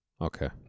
Okay